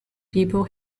people